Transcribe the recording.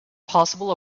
possible